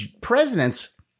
Presidents